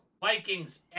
Vikings